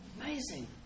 Amazing